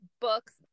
books